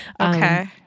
okay